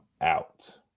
out